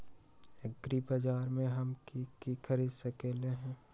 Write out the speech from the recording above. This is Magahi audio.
एग्रीबाजार से हम की की खरीद सकलियै ह?